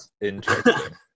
Interesting